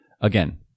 Again